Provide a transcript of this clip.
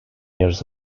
years